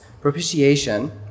Propitiation